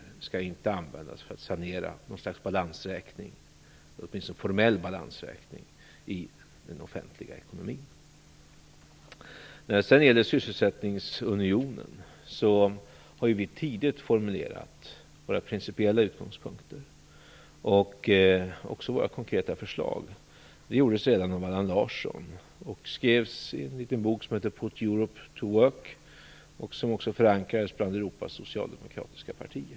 Man skall inte använda sig av försäljning för att sanera en formell balansräkning för den offentliga ekonomin. När det sedan gäller sysselsättningsunionen har vi ju tidigt formulerat våra principiella utgångspunkter och konkreta förslag. Det gjordes redan av Allan Europe to Work och som också förankrades bland Europas socialdemokratiska partier.